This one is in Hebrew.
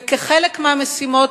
וכחלק מהמשימות,